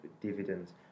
dividends